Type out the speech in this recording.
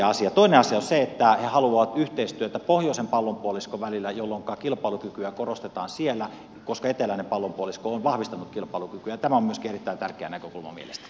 toinen asia on se että he haluavat yhteistyötä pohjoisen pallonpuoliskon välillä jolloin kilpailukykyä korostetaan siellä koska eteläinen pallonpuolisko on vahvistanut kilpailukykyään ja tämä on myöskin erittäin tärkeä näkökulma mielestäni